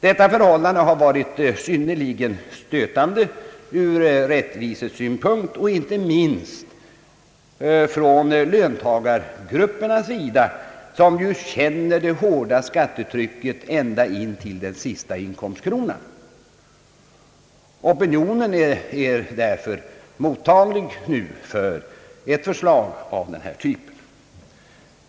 Detta förhållande har uppfattats som synnerligen stötande ur rättvisesynpunkt, inte minst av löntagargrupperna, som ju känner det hårda skattetrycket ända in till den sista inkomstkronan. Opinionen är därför nu mottaglig för ett förslag av den här typen.